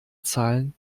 zahlen